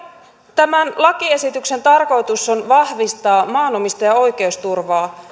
tämän lakiesityksen tarkoitus on vahvistaa maanomistajan oikeusturvaa